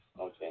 Okay